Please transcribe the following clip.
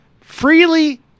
freely